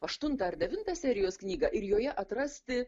aštuntą ar devintą serijos knygą ir joje atrasti